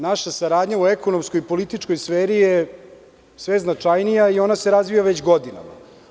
Naša saradnja u ekonomskoj i političkoj sferi je sve značajnija i ona se razvija već godinama.